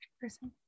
person